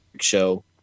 show